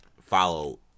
follow